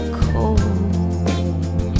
cold